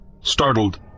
startled